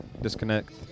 disconnect